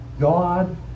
God